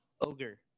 Ogre